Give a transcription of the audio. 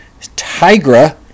Tigra